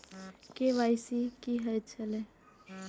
KYC कि होई छल?